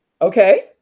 Okay